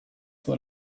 what